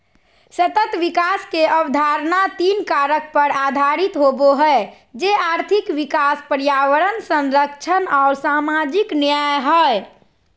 सतत विकास के अवधारणा तीन कारक पर आधारित होबो हइ, जे आर्थिक विकास, पर्यावरण संरक्षण आऊ सामाजिक न्याय हइ